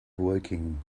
woking